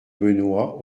benoist